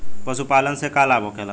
पशुपालन से का लाभ होखेला?